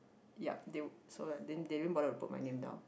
yeap they so yeap they didn't bother to put my name down